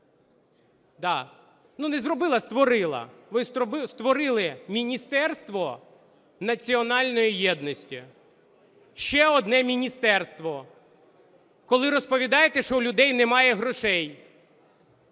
не зробила, створила, ви створили Міністерство національної єдності, ще одне міністерство, коли розповідаєте, що у людей немає грошей,